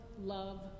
love